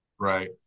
Right